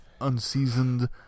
unseasoned